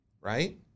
right